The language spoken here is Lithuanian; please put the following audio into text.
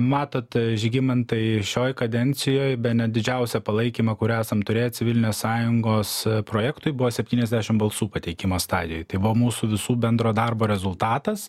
matot žygimantai šioj kadencijoj bene didžiausią palaikymą kur esam turėję civilinės sąjungos projektui buvo septyniasdešim balsų pateikimo stadijoj tai buvo mūsų visų bendro darbo rezultatas